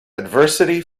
adversity